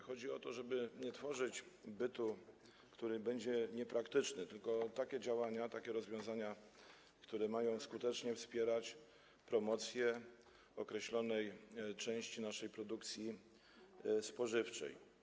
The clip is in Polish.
Chodzi o to, żeby nie tworzyć bytu, który będzie niepraktyczny, tylko podejmować takie działania, takie rozwiązania, które będą skutecznie wspierać promocję określonej części naszej produkcji spożywczej.